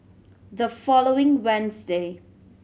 the following Wednesday